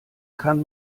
kann